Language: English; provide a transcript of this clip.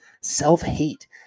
Self-hate